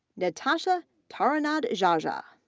natasha tarunadjaja,